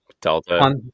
Delta